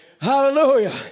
Hallelujah